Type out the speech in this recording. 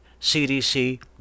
CDC